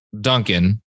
Duncan